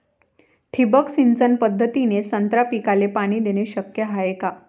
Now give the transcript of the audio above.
ठिबक सिंचन पद्धतीने संत्रा पिकाले पाणी देणे शक्य हाये का?